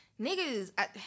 niggas